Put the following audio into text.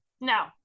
no